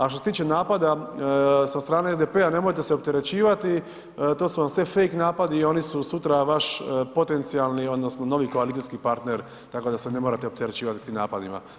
A što se tiče napada sa strane SDP-a, nemojte se opterećivati, to su vam sve fake napadi i oni su sutra vaš potencijalni odnosno novi koalicijski partner, tako da se ne morate opterećivati s tim napadima.